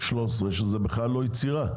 13 שזה בכלל לא יצירה,